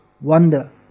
wonder